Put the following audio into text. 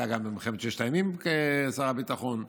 היה גם במלחמת ששת הימים שר הביטחון,